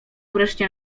wreszcie